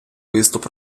виступ